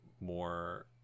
more